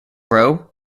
rowe